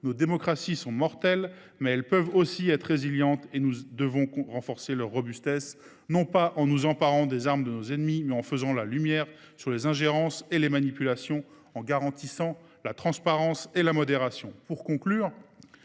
nos démocraties n’en sont pas moins résilientes. Nous devons renforcer leur robustesse, non pas en nous emparant des armes de nos ennemis, mais en faisant la lumière sur les ingérences et les manipulations, ainsi qu’en garantissant la transparence et la modération.